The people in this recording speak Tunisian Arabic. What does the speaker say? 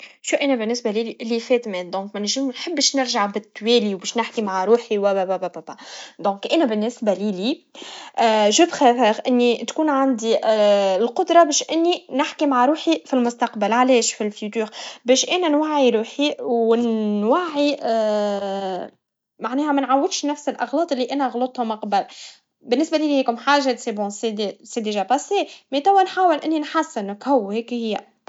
شو أنا بالنسبا لي ل- اللي فات مات, لذلك منيش نحبش نرجع للخلف, وباش نحكي مع روحي وبا با با با با, لذا أنا بالنسبا لي لي, أنا أفضل إني تكون عندي القدرا باش إني نحكي مع روحي فالمستقبل, علاش في المستقبل؟ باش أنا نوعي لروحي, ونوعي معناها منعاودش نفس الأغلاط اللي أنا غلطهم قبال, بالنسبا لي كم حاجا كانت غايبا, سي بالفعل في الماضي, بتوا نحاول إني نحسن, نقوي هيك هيا.